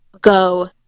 go